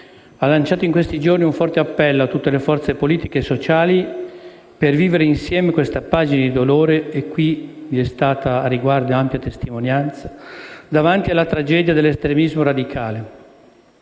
ha lanciato in questi giorni un forte appello a tutte le forze politiche e sociali per vivere insieme questa pagina di dolore, di cui in questa sede è stata data ampia testimonianza, davanti alla tragedia dell'estremismo radicale.